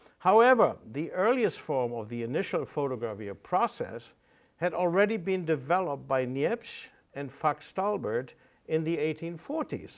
however, the earliest form of the initial photogravure process had already been developed by niepce and fox talbot in the eighteen forty s,